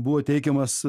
buvo teikiamas